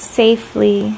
safely